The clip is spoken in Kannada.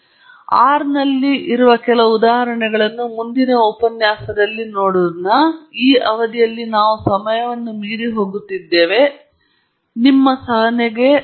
ನಾವು R ನಲ್ಲಿ ಕೆಲವು ಉದಾಹರಣೆಗಳನ್ನು ನೋಡೋಣ ಮತ್ತು ಅದು ಈ ಉಪನ್ಯಾಸವನ್ನು ಆಶಾದಾಯಕವಾಗಿ ಪೂರೈಸುತ್ತದೆ